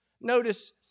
Notice